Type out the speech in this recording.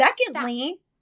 secondly